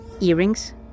Earrings